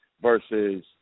versus